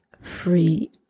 free